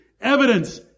Evidence